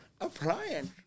Appliance